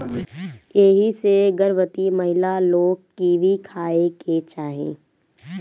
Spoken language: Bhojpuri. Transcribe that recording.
एही से गर्भवती महिला लोग के कीवी खाए के चाही